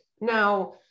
Now